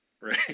Right